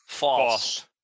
False